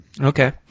Okay